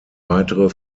weitere